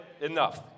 enough